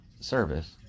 service